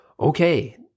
okay